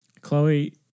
Chloe